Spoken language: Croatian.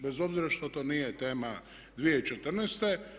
Bez obzira što to nije tema 2014.